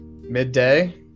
midday